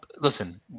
listen